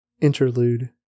Interlude